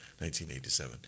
1987